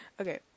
Okay